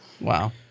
wow